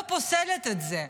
אני לא פוסלת את זה,